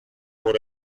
por